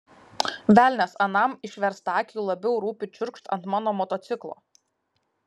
velnias anam išverstakiui labiau rūpi čiurkšt ant mano motociklo